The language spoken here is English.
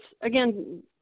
again